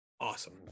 awesome